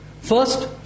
First